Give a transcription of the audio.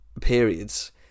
periods